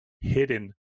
hidden